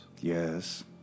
Yes